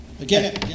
again